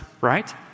right